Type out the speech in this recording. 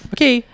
Okay